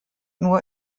nur